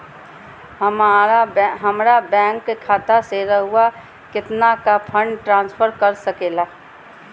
हमरा बैंक खाता से रहुआ कितना का फंड ट्रांसफर कर सके ला?